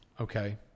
Okay